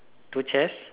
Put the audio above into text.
two chairs